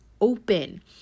open